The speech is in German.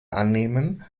annehmen